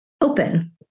open